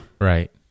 Right